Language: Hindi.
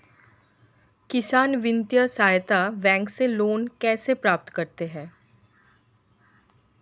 किसान वित्तीय सहायता बैंक से लोंन कैसे प्राप्त करते हैं?